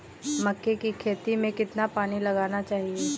मक्के की खेती में कितना पानी लगाना चाहिए?